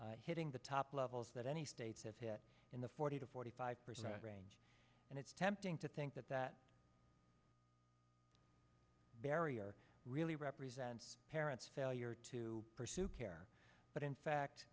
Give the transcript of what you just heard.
hitting the top levels that any state has hit in the forty to forty five percent range and it's tempting to think that that barrier really represents parents failure to pursue care but in fact